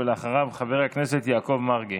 אחריו, חבר הכנסת יעקב מרגי.